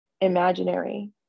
imaginary